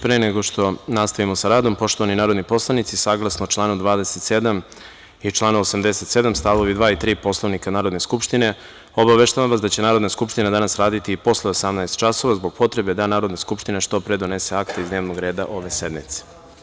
Pre nego što nastavimo sa radom, poštovani narodni poslanici, saglasno članu 27. i članu 87. stavovi 2. i 3. Poslovnika Narodne skupštine, obaveštavam vas da će Narodna skupština danas raditi i posle 18 časova, zbog potrebe da Narodna skupština što pre donese akte iz dnevnog reda ove sednice.